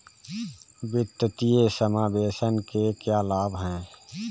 वित्तीय समावेशन के क्या लाभ हैं?